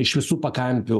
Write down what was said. iš visų pakampių